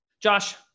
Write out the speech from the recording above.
Josh